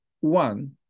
One